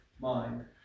mind